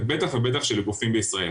ובטח ובטח שלגופים בישראל.